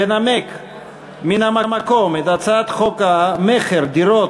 לנמק מן המקום את הצעת חוק המכר (דירות)